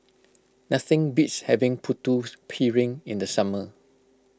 nothing beats having Putu Piring in the summer